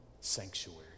sanctuary